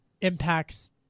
impacts